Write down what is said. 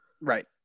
Right